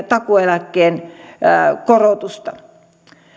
takuueläkkeen korotusta